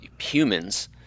humans